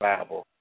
Bible